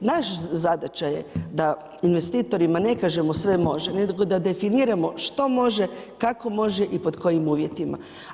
Naša zadaća je da investitorima ne kažemo sve može nego da definiramo što može, kako može i pod kojim uvjetima.